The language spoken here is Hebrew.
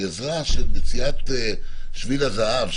עזרה של מציאת שביל הזהב,